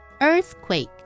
Earthquake